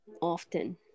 often